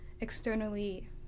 externally